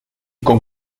con